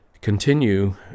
continue